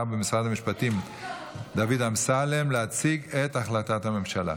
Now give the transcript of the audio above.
במשרד המשפטים דוד אמסלם להציג את החלטת הממשלה.